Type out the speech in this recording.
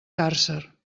càrcer